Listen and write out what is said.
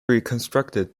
reconstructed